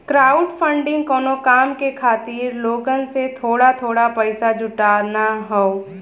crowdfunding कउनो काम के खातिर लोगन से थोड़ा थोड़ा पइसा जुटाना हौ